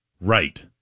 Right